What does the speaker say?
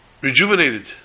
rejuvenated